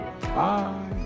Bye